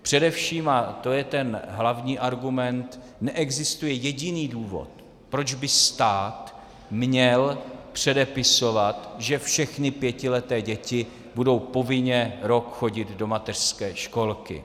Především, a to je ten hlavní argument, neexistuje jediný důvod, proč by stát měl předepisovat, že všechny pětileté děti budou povinně rok chodit do mateřské školky.